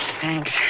Thanks